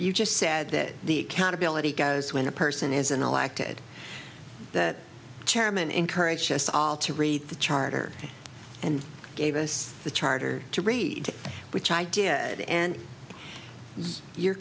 you just said that the accountability goes when a person is an elected the chairman encouraged us all to read the charter and gave us the charter to read which i did and your